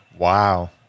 Wow